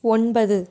ஒன்பது